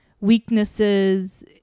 weaknesses